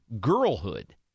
girlhood